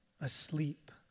asleep